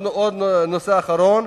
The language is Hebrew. נושא אחרון,